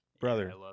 brother